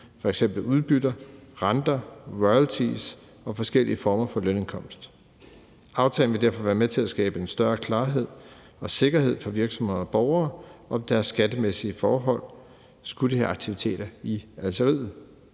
f.eks. udbytter, renter, royalties og forskellige former for lønindkomst. Aftalen vil derfor være med til at skabe en større klarhed og sikkerhed for virksomheder og borgere om deres skattemæssige forhold, skulle de have aktiviteter i Algeriet.